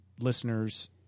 listeners